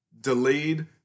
Delayed